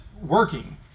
working